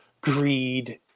Greed